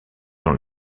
dans